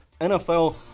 NFL